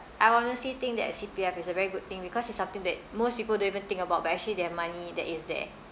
I honestly think that C_P_F is a very good thing because it's something that most people don't even think about but actually they have money that is there